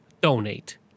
donate